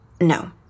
no